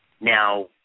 now